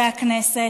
הכנסת.